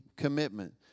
commitment